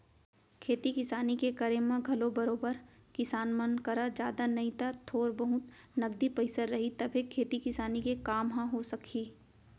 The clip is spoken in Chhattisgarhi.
खेती किसानी के करे म घलौ बरोबर किसान मन करा जादा नई त थोर बहुत नगदी पइसा रही तभे खेती किसानी के काम ह हो सकही